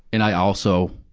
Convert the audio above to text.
and i also,